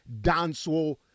dancehall